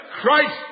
Christ